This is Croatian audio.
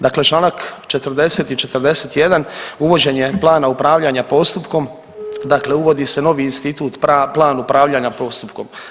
Dakle, članak 40. i 41. uvođenje plana upravljanja postupkom, dakle uvodi se novi institut plan upravljanja postupkom.